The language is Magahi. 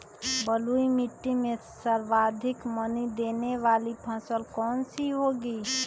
बलुई मिट्टी में सर्वाधिक मनी देने वाली फसल कौन सी होंगी?